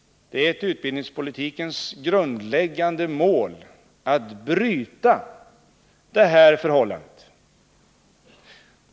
Det är utbildningspolitikens grundläggande mål att bryta detta förhållande.